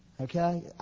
Okay